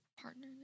Partner